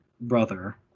brother